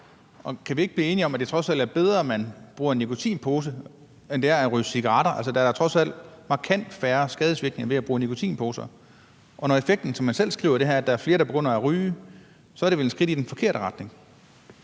Kan vi ikke blive enige om, at det trods alt er bedre, at man bruger nikotinposer, end at man ryger cigaretter? Altså, der er trods alt markant færre skadevirkninger ved at bruge nikotinposer, og når effekten er, som man selv skriver, at der er flere, der begynder at ryge, så er det vel et skridt i den forkerte retning.